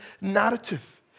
narrative